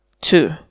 two